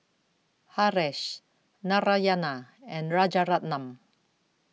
Haresh Narayana and Rajaratnam